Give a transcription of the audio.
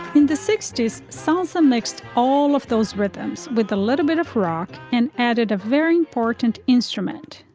in the sixty s salsa mixed all of those rhythms with a little bit of rock and added a very important instrument.